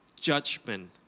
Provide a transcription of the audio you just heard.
judgment